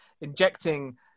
injecting